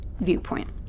viewpoint